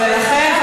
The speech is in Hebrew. ולכן,